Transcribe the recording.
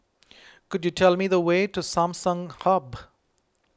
could you tell me the way to Samsung Hub